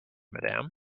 madam